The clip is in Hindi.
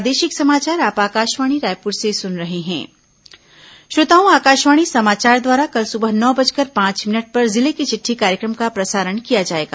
जिले की चिटठी श्रोताओं आकाशवाणी समाचार द्वारा कल सुबह नौ बजकर पांच मिनट पर जिले की चिट्ठी कार्यक्रम का प्रसारण किया जाएगा